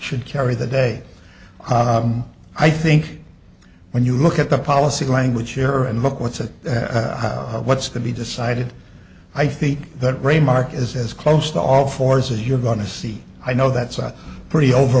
should carry the day i think when you look at the policy language here and look what's at what's to be decided i think that remark is as close to all fours as you're going to see i know that's a pretty over